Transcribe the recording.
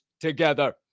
together